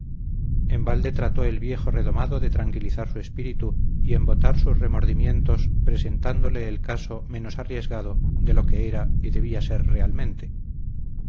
en balde trató el viejo redomado de tranquilizar su espíritu y embotar sus remordimientos presentándole el caso menos arriesgado de lo que era y debía ser realmente